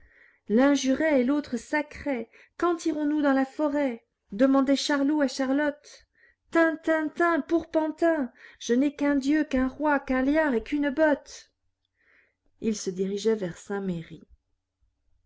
jurait et l'autre sacrait quand irons-nous dans la forêt demandait charlot à charlotte tin tin tin pour pantin je n'ai qu'un dieu qu'un roi qu'un liard et qu'une botte ils se dirigeaient vers